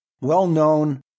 well-known